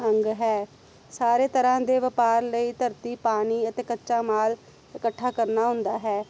ਅੰਗ ਹੈ ਸਾਰੇ ਤਰ੍ਹਾਂ ਦੇ ਵਪਾਰ ਲਈ ਧਰਤੀ ਪਾਣੀ ਅਤੇ ਕੱਚਾ ਮਾਲ ਇਕੱਠਾ ਕਰਨਾ ਹੁੰਦਾ ਹੈ